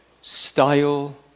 style